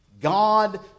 God